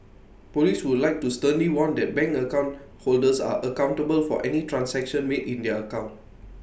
Police would like to sternly warn that bank account holders are accountable for any transaction made in their account